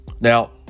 now